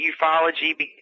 ufology